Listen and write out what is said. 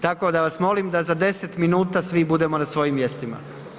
Tako da vas molim da za 10 minuta svi budemo na svojim mjestima.